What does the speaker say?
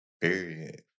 Period